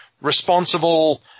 responsible